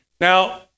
Now